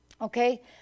Okay